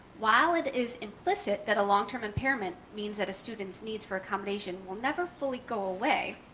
while it is implicit that a long-term impairment means that a student's needs for accommodation will never fully go away.